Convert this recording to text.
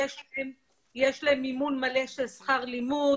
יש להם מימון מלא של שכר לימוד.